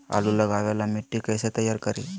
आलु लगावे ला मिट्टी कैसे तैयार करी?